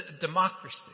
democracy